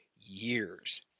years